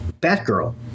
Batgirl